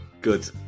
good